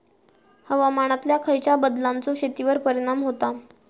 हवामानातल्या खयच्या बदलांचो शेतीवर परिणाम होता?